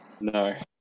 no